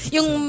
Yung